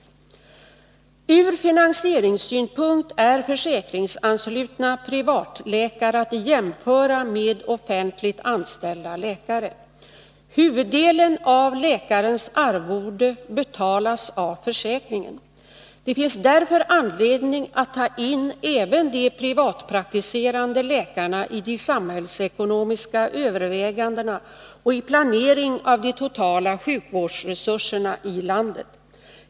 Ur finansieringssynpunkt är försäkringsanslutna privatläkare att jämföra med offentligt anställda läkare. Huvuddelen av läkarens arvode betalas av försäkringen. Det finns därför anledning att ta in även de privatpraktiserande läkarna i de samhällsekonomiska övervägandena och i planering av de totala sjukvårdsresurserna i landet.